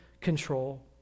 control